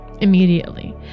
immediately